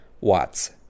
watts